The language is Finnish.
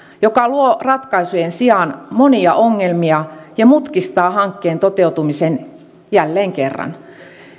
joka luo ratkaisujen sijaan monia ongelmia ja mutkistaa hankkeen toteutumisen jälleen kerran